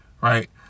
right